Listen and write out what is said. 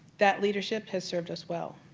that leadership has served us well.